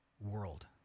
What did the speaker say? world